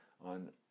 on